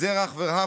זרח ורהפטיג,